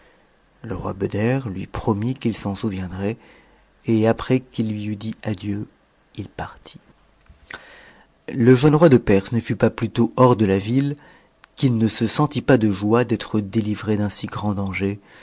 le roi beder lui promit qu'il s'en souviendrait et après qu'il lui eut dit adieu il partit le jeune roi de perse ne fut pas plutôt hors de la ville qu'il ne se sentit pas de joie d'être délivré d'un si grand danger